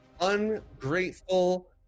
Ungrateful